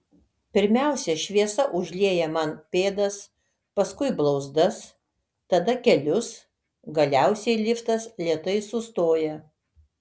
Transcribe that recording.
pirmiausia šviesa užlieja man pėdas paskui blauzdas tada kelius galiausiai liftas lėtai sustoja